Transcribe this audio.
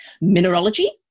mineralogy